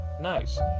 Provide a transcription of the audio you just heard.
Nice